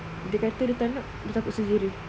dia kata dia tak nak dia takut surgery